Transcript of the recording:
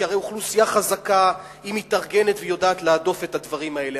כי הרי אוכלוסייה חזקה מתארגנת ויודעת להדוף את הדברים האלה.